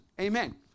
Amen